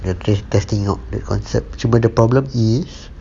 they are test testing out the concept cuma the problem is